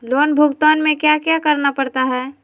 loan भुगतान में क्या क्या करना पड़ता है